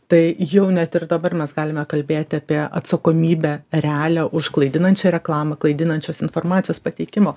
tai jau net ir dabar mes galime kalbėti apie atsakomybę realią už klaidinančią reklamą klaidinančios informacijos pateikimo